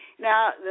Now